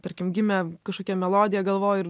tarkim gimė kažkokia melodija galvoj